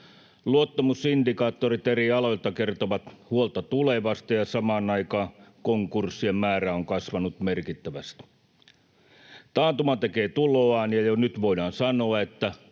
Luottamusindikaattorit eri aloilta kertovat huolta tulevasta, ja samaan aikaan konkurssien määrä on kasvanut merkittävästi. Taantuma tekee tuloaan, ja jo nyt voidaan sanoa, että